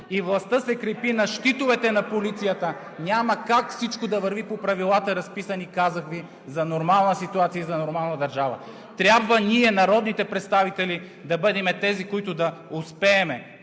и властта се крепи на щитовете на полицията, няма как всичко да върви по правилата, разписани, казах Ви, за нормална ситуация и за нормална държава! Трябва ние, народните представители, да бъдем тези, които да успеем